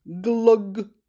glug